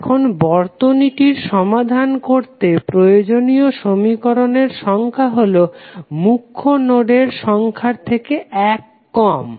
এখন বর্তনীটির সমাধান করতে প্রয়োজনীয় সমীকরণের সংখ্যা হলো মুখ্য নোডের সংখ্যার থেকে এক কম